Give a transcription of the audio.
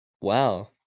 Wow